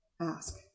ask